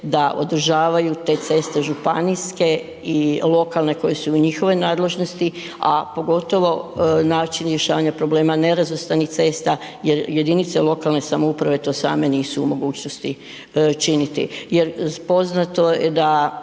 da održavaju te ceste županijske i lokalne koje su u njihovom nadležnosti, a pogotovo način rješavanja problema nerazvrstanih cesta jer jedinice lokalne samouprave to same nisu u mogućnosti činiti jer poznato je da